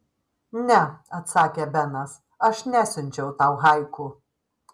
ne atsakė benas aš nesiunčiau tau haiku